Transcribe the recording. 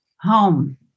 home